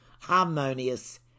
harmonious